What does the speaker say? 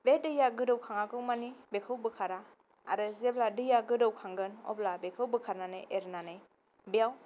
बे दैया गोदौखाङागौमानि बेखौ बोखारा आरो जेब्ला दैया गोदौखांगोन अब्ला बेखौ बोखारनानै एरनानै बेयाव